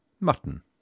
mutton